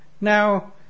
Now